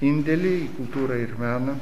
indėlį į kultūrą ir meną